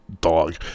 dog